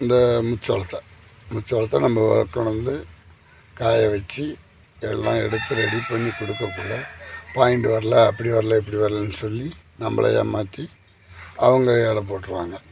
இந்த முத்து சோளத்தை முத்து சோளத்தை நம்ம வறுக்கணும் வந்து காய வெச்சு எல்லாம் எடுத்து ரெடி பண்ணி குடுக்கக்குள்ள பாயிண்ட்டு வரல அப்படி வரல இப்படி வரலன்னு சொல்லி நம்மள ஏமாற்றி அவங்க எடை போட்டுருவாங்க